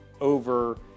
over